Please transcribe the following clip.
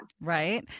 Right